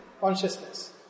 consciousness